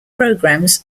programs